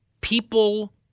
people